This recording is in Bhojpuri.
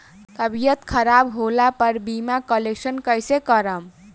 तबियत खराब होला पर बीमा क्लेम कैसे करम?